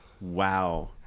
Wow